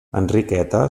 enriqueta